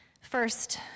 First